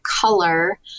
color